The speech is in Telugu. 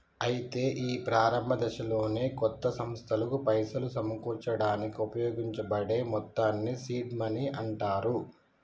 అయితే ఈ ప్రారంభ దశలోనే కొత్త సంస్థలకు పైసలు సమకూర్చడానికి ఉపయోగించబడే మొత్తాన్ని సీడ్ మనీ అంటారు